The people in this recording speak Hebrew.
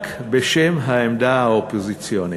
רק בשם העמדה האופוזיציונית.